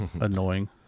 annoying